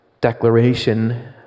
declaration